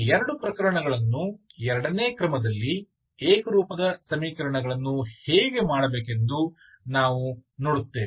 ಈ ಎರಡು ಪ್ರಕರಣಗಳನ್ನು ಎರಡನೇ ಕ್ರಮದಲ್ಲಿ ಏಕರೂಪದ ಸಮೀಕರಣಗಳನ್ನು ಹೇಗೆ ಮಾಡಬೇಕೆಂದು ನಾವು ನೋಡುತ್ತೇವೆ